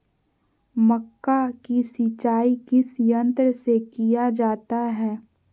मक्का की सिंचाई किस यंत्र से किया जाता है?